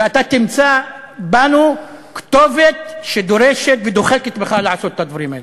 ואתה תמצא בנו כתובת שדורשת ודוחקת בך לעשות את הדברים האלה.